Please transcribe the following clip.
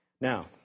Now